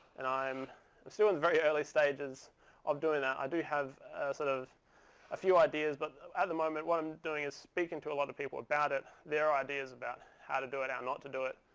and i'm still in the very early stages of doing that. i do have sort of a few ideas. but at the moment, what i'm doing is speaking to a lot of people about it, their ideas about how to do it or not to do it.